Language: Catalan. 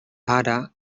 ara